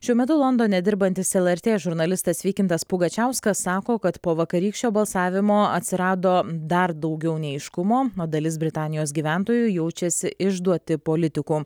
šiuo metu londone dirbantis lrt žurnalistas vykintas pugačiauskas sako kad po vakarykščio balsavimo atsirado dar daugiau neaiškumo nuo dalis britanijos gyventojų jaučiasi išduoti politikų